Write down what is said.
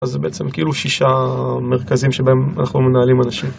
אז זה בעצם כאילו שישה מרכזים שבהם אנחנו מנהלים אנשים.